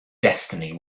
destiny